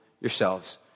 yourselves